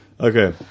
Okay